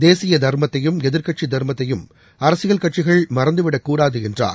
தேசியதர்மத்தையும் எதிர்க்கட்சிதர்மத்தையும் அரசியல் கட்சிகள் மறந்துவிடக் கூடாதுஎன்றார்